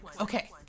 Okay